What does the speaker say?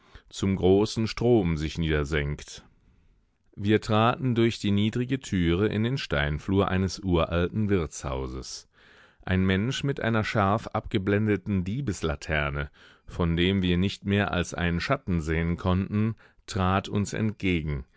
zum großen strom sich niedersenkt wir traten durch die niedrige türe in den steinflur eines uralten wirtshauses ein mensch mit einer scharf abgeblendeten diebeslaterne von dem wir nicht mehr als einen schatten sehen konnten trat uns entgegen